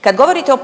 Kad govorite o 5%